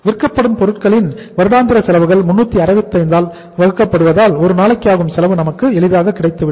விற்கப்படும் பொருட்களின் வருடாந்திர செலவுகள் 365 ஆல் வகுக்கப்படுவதால் ஒரு நாளுக்கு ஆகும் செலவு நமக்கு எளிதாக கிடைத்துவிடும்